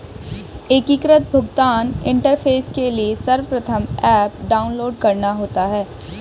एकीकृत भुगतान इंटरफेस के लिए सर्वप्रथम ऐप डाउनलोड करना होता है